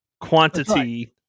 quantity